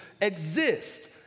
exist